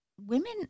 women